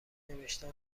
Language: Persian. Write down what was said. نوشتن